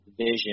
vision